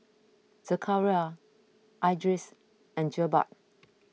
Zakaria Idris and Jebat